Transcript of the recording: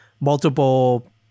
multiple